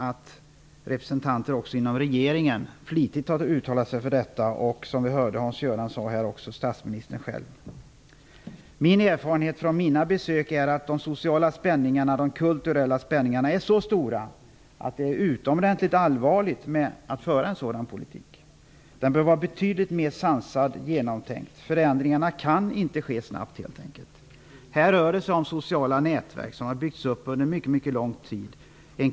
Även representanter för regeringen har flitigt uttalat sig för detta. Vi hörde Hans Göran Franck säga att det också gäller statsministern själv. Min erfarenhet från mina besök är att de sociala och kulturella spänningarna är så stora att det är utomordentligt allvarligt att föra en sådan politik. Politiken bör vara betydligt mera sansad och genomtänkt. Förändringarna kan helt enkelt inte ske snabbt. Det rör sig om sociala nätverk som har byggts upp under mycket lång tid.